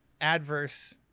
adverse